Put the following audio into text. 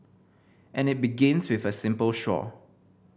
and it begins with a simple straw